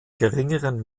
geringeren